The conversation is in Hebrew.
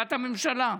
לישיבת הממשלה.